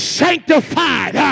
sanctified